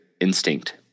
instinct